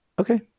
Okay